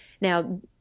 Now